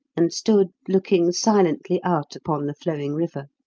and stood looking silently out upon the flowing river.